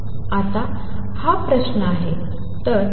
आता हा प्रश्न आहे